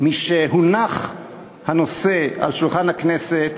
משהונח הנושא על שולחן הכנסת